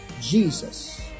Jesus